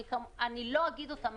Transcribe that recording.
שלא אגיד אותם,